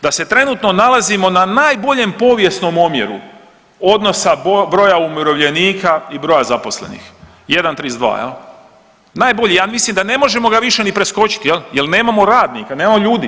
Da se trenutno nalazimo na najboljem povijesnom omjeru odnosa broja umirovljenika i broja zaposlenih 1:32, najbolji, ja ne mislim da ne možemo ga više ni preskočit jel nemamo radnika, nemamo ljudi.